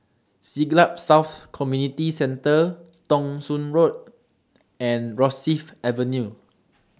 Siglap South Community Centre Thong Soon Road and Rosyth Avenue